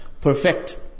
perfect